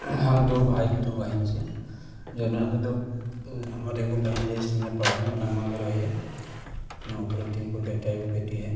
हम दू भाइ दू बहिन छी जाहि मे हम दू हमर एगो बहिन छै नेपाल मे मलंगवा मे रहैया ओहिमे ओकरो तीन गो बेटा एगो बेटी हय